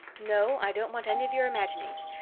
no, i don't want any of your imaginings.